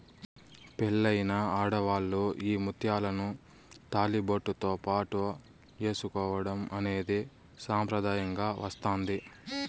పెళ్ళైన ఆడవాళ్ళు ఈ ముత్యాలను తాళిబొట్టుతో పాటు ఏసుకోవడం అనేది సాంప్రదాయంగా వస్తాంది